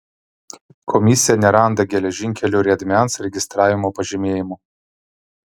komisija neranda geležinkelių riedmens registravimo pažymėjimų